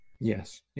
Yes